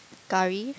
curry